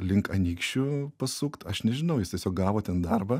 link anykščių pasukt aš nežinau jis tiesiog gavo ten darbą